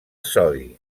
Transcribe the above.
sodi